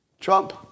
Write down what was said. Trump